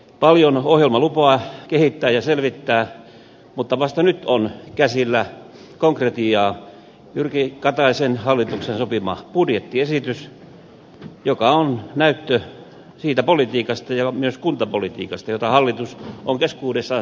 paljon ohjelma lupaa kehittää ja selvittää mutta vasta nyt on käsillä konkretiaa jyrki kataisen hallituksen sopima budjettiesitys joka on näyttö siitä politiikasta ja myös kuntapolitiikasta jota hallitus on keskuudessaan sopinut noudattavansa